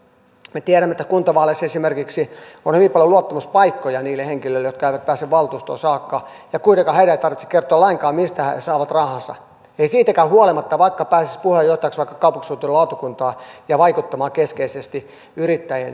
me tiedämme että esimerkiksi kuntavaaleissa on hyvin paljon luottamuspaikkoja niille henkilöille jotka eivät pääse valtuustoon saakka ja kuitenkaan heidän ei tarvitse kertoa lainkaan mistä he saavat rahansa ei siitäkään huolimatta vaikka pääsisivät puheenjohtajaksi vaikkapa kaupunkisuunnittelulautakuntaan ja vaikuttamaan keskeisesti yrittäjien intresseihin